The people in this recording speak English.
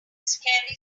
scary